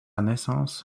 naissance